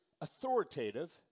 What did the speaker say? authoritative